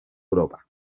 europa